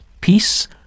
peace